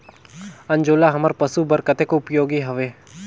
अंजोला हमर पशु बर कतेक उपयोगी हवे?